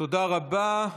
תודה רבה.